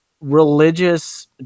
religious